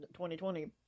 2020